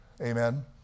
Amen